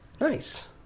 Nice